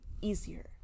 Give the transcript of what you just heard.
easier